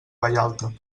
vallalta